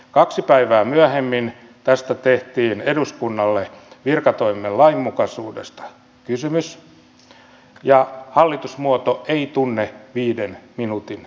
kaksi päivää myöhemmin tästä tehtiin eduskunnalle virkatoimien lainmukaisuudesta kysymys ja hallitusmuoto ei tunne viiden minuutin esteellisyyttä